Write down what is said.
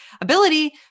ability